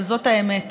אבל זאת האמת.